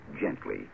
gently